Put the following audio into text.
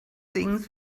things